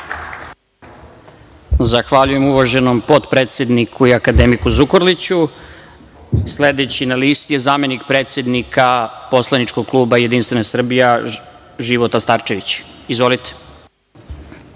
Zahvaljujem uvaženi potpredsedniku i akademiku Zukorliću. Sledeći na listi je zamenik predsednika poslaničkog kluba JS, Života Starčević. **Života